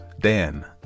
Dan